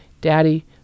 daddy